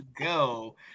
go